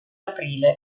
aprile